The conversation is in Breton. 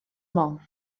mañ